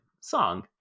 song